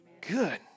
Good